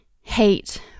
hate